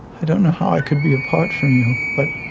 i don't know how i could be apart from you, but